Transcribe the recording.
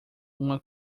uma